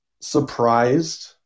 surprised